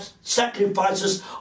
sacrifices